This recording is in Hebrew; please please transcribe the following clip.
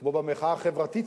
כמו הדרישה במחאה החברתית,